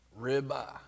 ribeye